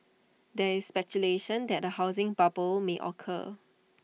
there is speculation that A housing bubble may occur